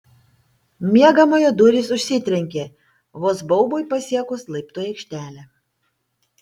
miegamojo durys užsitrenkė vos baubui pasiekus laiptų aikštelę